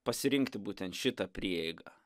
pasirinkti būtent šitą prieigą